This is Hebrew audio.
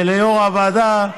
וליו"ר הוועדה,